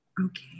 Okay